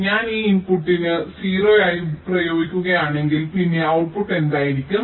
അതിനാൽ ഞാൻ ഈ ഇൻപുട്ടിന് 0 ആയി പ്രയോഗിക്കുകയാണെങ്കിൽ പിന്നെ ഔട്ട്പുട്ട് എന്തായിരിക്കും